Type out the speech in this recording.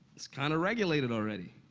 it's kind of regulated already.